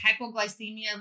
Hypoglycemia